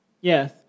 Yes